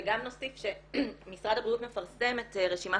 וגם נוסיף שמשרד הבריאות מפרסם את רשימת